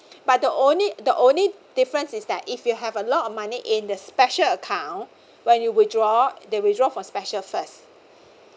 but the only the only difference is that if you have a lot of money in the special account when you withdraw they withdraw for special first